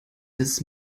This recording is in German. des